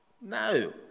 No